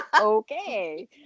Okay